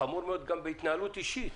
זה חמור מאוד גם בהתנהלות אישית.